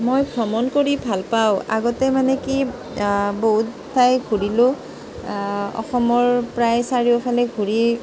মই ভ্ৰমণ কৰি ভালপাওঁ আগতে মানে কি বহুত ঠাই ঘূৰিলোঁ অসমৰ প্ৰায় চাৰিওফালে ঘূৰি